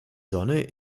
sonne